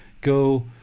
go